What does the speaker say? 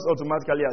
automatically